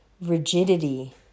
rigidity